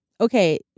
okay